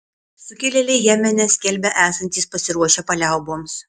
sukilėliai jemene skelbia esantys pasiruošę paliauboms